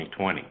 2020